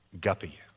guppy